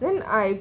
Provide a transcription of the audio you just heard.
then I